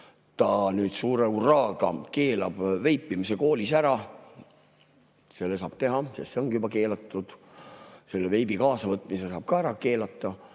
ta nüüd suure hurraaga keelab veipimise koolis ära. Seda saab teha, sest see ongi juba keelatud. Veibi kaasavõtmise saab ka ära keelata,